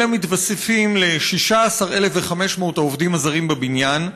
אלה מתווספים ל-16,500 העובדים הזרים בבניין,